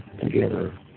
Together